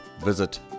visit